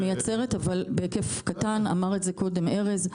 היא מייצרת, אבל בהיקף קטן, אמר את זה קודם ארז.